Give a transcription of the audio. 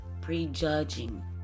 prejudging